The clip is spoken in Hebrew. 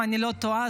אם אני לא טועה,